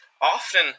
often